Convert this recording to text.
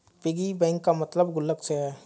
piggy bank का मतलब गुल्लक से है